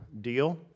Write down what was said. deal